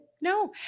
No